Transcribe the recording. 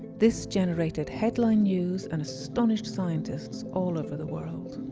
this generated headline news and astonished scientists all over the world.